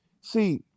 see